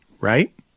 right